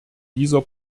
dieser